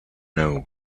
know